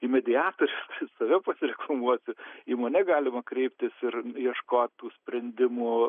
į medijatorius save pasireklamuosiu į mane galima kreiptis ir ieškot tų sprendimų